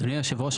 אדוני יושב הראש,